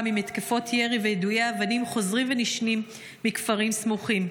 ממתקפות ירי ויידויי אבנים חוזרים ונשנים מכפרים סמוכים,